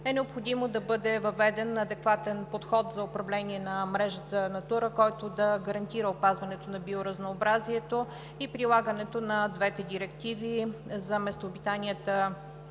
е необходимо да бъде въведен адекватен подход за управление на мрежата „Натура“, който да гарантира опазването на биоразнообразието и прилагането на двете директиви – за местообитанията